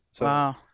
Wow